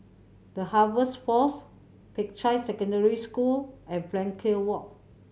The Harvest Force Peicai Secondary School and Frankel Walk